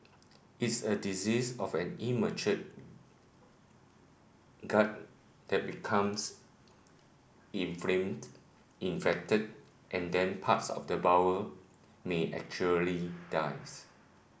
it's a disease of an immature gut that becomes inflamed infected and then parts of the bowel may actually dies